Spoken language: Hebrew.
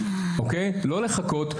לא לחכות,